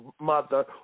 mother